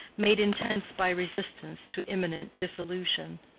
made intense by resistance to imminent dissolution.